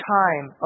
time